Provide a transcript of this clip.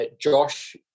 Josh